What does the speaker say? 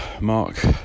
Mark